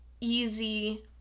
easy